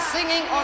Singing